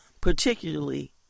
particularly